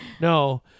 no